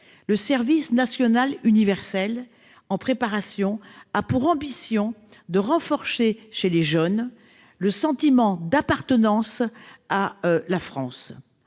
Le service national universel, ou SNU, en préparation a pour ambition de renforcer, chez les jeunes, le sentiment d'appartenance à la France.